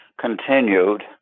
continued